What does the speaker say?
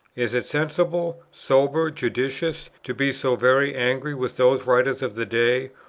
is it sensible, sober, judicious, to be so very angry with those writers of the day,